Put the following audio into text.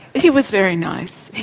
he was very nice.